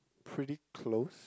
pretty close